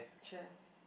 chair